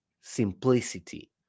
simplicity